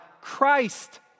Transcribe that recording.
Christ